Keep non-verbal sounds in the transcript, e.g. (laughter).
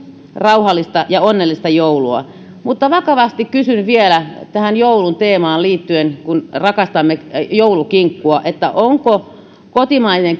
rauhallista ja onnellista joulua mutta vakavasti kysyn vielä tähän joulun teemaan liittyen kun rakastamme joulukinkkua onko kotimainen (unintelligible)